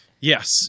Yes